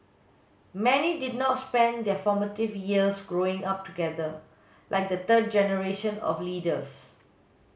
many did not spend their formative years growing up together like the third generation of leaders